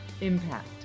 impact